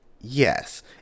Yes